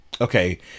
Okay